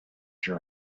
your